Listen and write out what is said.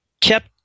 kept